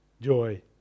joy